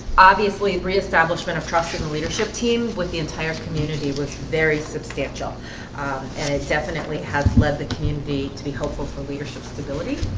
obviously reestablishment of trusting the leadership team with the entire community was very substantial and it definitely has led the community to be hopeful for leadership stability.